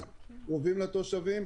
אנחנו קרובים לתושבים.